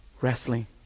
wrestling